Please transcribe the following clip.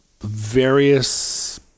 various